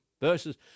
verses